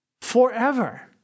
forever